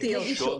נגישות.